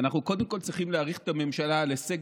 אנחנו קודם כול צריכים להעריך את הממשלה על הישג